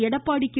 Edappadi K